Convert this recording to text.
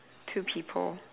two people